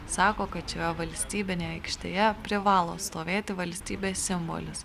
sako kad šioje valstybinėje aikštėje privalo stovėti valstybės simbolis